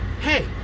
hey